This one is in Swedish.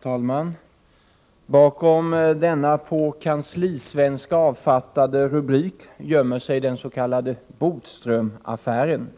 Herr talman! Bakom denna på kanslisvenska avfattade rubrik gömmer sig den s.k. Bodströmaffären.